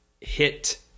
hit